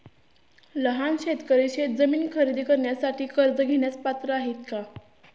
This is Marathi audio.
लहान शेतकरी शेतजमीन खरेदी करण्यासाठी कर्ज घेण्यास पात्र आहेत का?